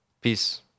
peace